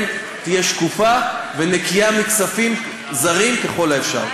תהיה שקופה ונקייה מכספים זרים ככל האפשר.